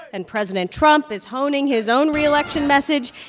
and president trump is honing his own re-election message.